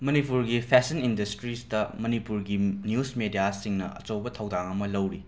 ꯃꯅꯤꯄꯨꯔꯒꯤ fashion industrialist ꯃꯅꯤꯄꯨꯔꯒꯤ news ꯃꯦꯗ꯭ꯌꯥꯁꯤꯡꯅ ꯑꯆꯧꯕ ꯊꯧꯗꯥꯡ ꯑꯃ ꯂꯧꯔꯤ